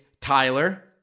Tyler